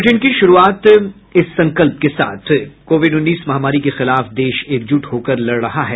bulletin की शुरूआत से पहले ये संकल्प कोविड उन्नीस महामारी के खिलाफ देश एकजुट होकर लड़ रहा है